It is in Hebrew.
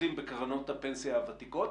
חוסכים בקרנות הפנסיה הוותיקות,